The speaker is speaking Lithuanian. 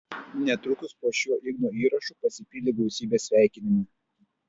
netrukus po šiuo igno įrašu pasipylė gausybė sveikinimų